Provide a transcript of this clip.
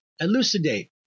elucidate